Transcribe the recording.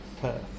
Perth